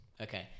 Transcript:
Okay